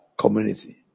community